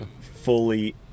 fully